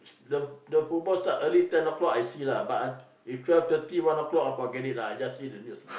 the the football start early ten o-clock I see lah but if twelve thirty one o-clock forget it lah I just see the news